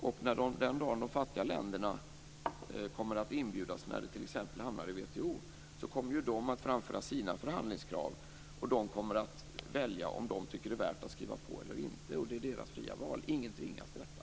Men den dag de fattiga länderna kommer att inbjudas, när det här t.ex. hamnar i WTO, kommer de att framföra sina förhandlingskrav. De kommer att välja om de tycker att det är värt att skriva på eller inte. Det är deras fria val. Ingen tvingas till detta.